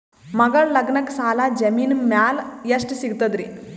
ಮಗಳ ಲಗ್ನಕ್ಕ ಸಾಲ ಜಮೀನ ಮ್ಯಾಲ ಎಷ್ಟ ಸಿಗ್ತದ್ರಿ?